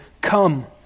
Come